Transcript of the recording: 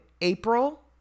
April